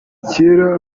kera